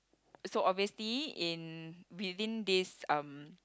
so obviously in within this um